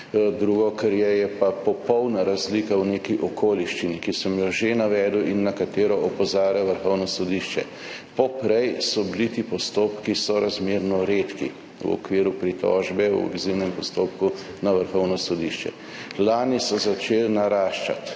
Drugo, kar je, je pa popolna razlika v neki okoliščini, ki sem jo že navedel in na katero opozarja Vrhovno sodišče. Poprej so bili ti postopki sorazmerno redki v okviru pritožbe o azilnem postopku na Vrhovno sodišče. Lani so začeli naraščati